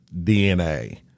DNA